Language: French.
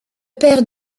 père